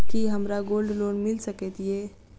की हमरा gold loan मिल सकैत ये?